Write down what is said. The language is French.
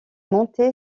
monté